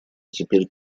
теперь